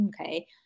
okay